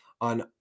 on